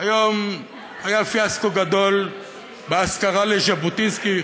היום היה פיאסקו גדול באזכרה לז'בוטינסקי,